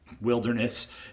wilderness